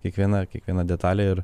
kiekviena kiekviena detalė ir